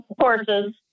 horses